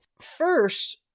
First